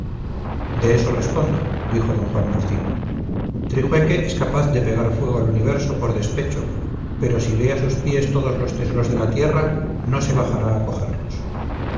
de eso respondo dijo d juan martín trijueque es capaz de pegar fuego al universo por despecho pero si ve a sus pies todos los tesoros de la tierra no se bajará a cogerlos